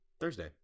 Thursday